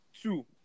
Two